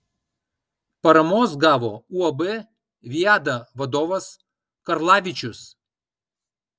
paramos gavo uab viada vadovas karlavičius